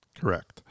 Correct